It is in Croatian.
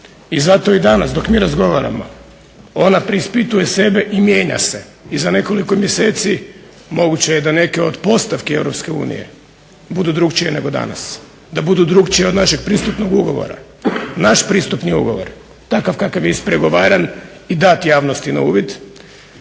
i zato i danas dok mi razgovaramo ona preispituje sebe i mijenja se i za nekoliko mjeseci moguće je da neke od postavke Europske unije budu drukčije nego danas, da budu drukčije od našeg pristupnog ugovora. Naš pristupni ugovor takav kakav je ispregovaran i dat javnosti na uvid